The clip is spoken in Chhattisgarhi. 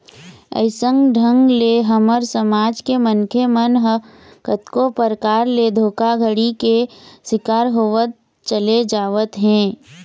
अइसन ढंग ले हमर समाज के मनखे मन ह कतको परकार ले धोखाघड़ी के शिकार होवत चले जावत हे